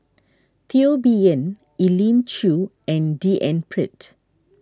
Teo Bee Yen Elim Chew and D N Pritt